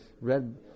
red